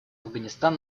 афганистан